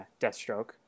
Deathstroke